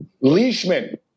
leishman